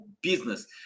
business